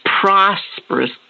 prosperous